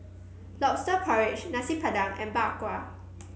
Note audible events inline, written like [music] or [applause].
lobster [noise] porridge Nasi Padang and Bak Kwa